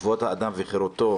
כבוד האדם וחירותו,